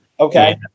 Okay